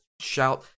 shout